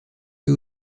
eux